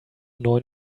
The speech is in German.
neun